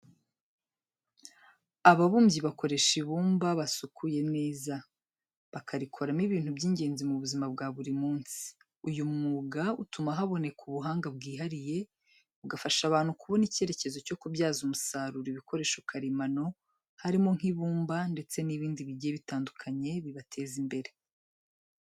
Ababumbyi bakoresha ibumba basukuye neza, bakarikoramo ibintu by'ingenzi mu buzima bwa buri munsi. Uyu mwuga utuma haboneka ubuhanga bwihariye, bugafasha abantu kubona icyerekezo cyo kubyaza umusaruro ibikoresho karemano harimo nk'ibumba ndetse n'ibindi bigiye bitandukanye bibateza imbere.